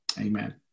Amen